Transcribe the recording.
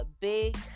big